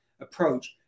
approach